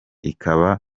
ikaba